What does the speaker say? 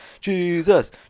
Jesus